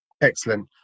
excellent